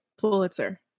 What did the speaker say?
Pulitzer